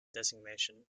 designation